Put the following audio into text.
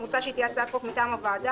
שמוצע שהיא תהיה הצעת חוק מטעם הוועדה,